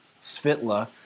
Svitla